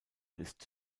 ist